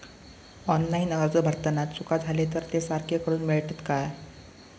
Online अर्ज भरताना चुका जाले तर ते सारके करुक मेळतत काय?